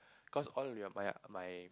cause all we're my my